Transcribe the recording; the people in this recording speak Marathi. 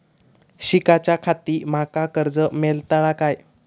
शिकाच्याखाती माका कर्ज मेलतळा काय?